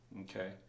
okay